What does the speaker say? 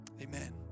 Amen